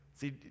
See